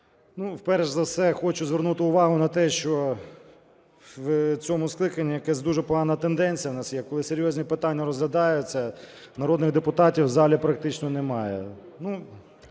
Перш за все я хочу звернути увагу на те, що в цьому скликанні якась дуже погана тенденція у нас, коли серйозні питання розглядаються, народних депутатів в залі практично немає.